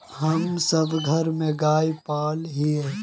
हम सब घर में गाय पाले हिये?